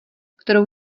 kterou